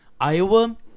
Iowa